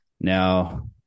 Now